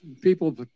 people